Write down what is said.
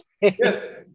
Yes